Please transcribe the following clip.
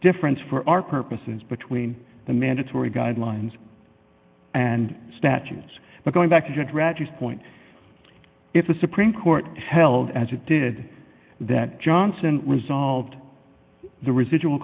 difference for our purposes between the mandatory guidelines and statutes but going back to judge reggie if the supreme court held as it did that johnson resolved the residual